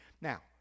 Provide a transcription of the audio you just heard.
Now